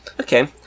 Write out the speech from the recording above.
Okay